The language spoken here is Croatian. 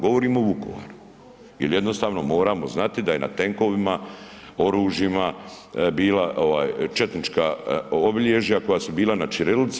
Govorim o Vukovaru jer jednostavno moramo znati da je na tenkovima, oružjima bila četnička obilježja koja su bila na ćirilici.